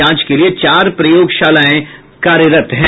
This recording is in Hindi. जांच के लिए चार प्रयोगशालाएं कार्यरत है